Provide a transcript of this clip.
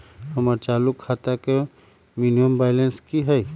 हमर चालू खाता के मिनिमम बैलेंस कि हई?